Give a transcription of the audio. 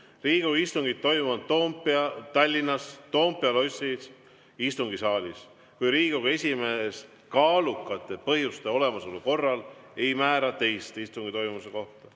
"Riigikogu istungid toimuvad Tallinnas Toompea lossi istungisaalis, kui Riigikogu esimees kaalukate põhjuste olemasolu korral ei määra teist istungi toimumise kohta."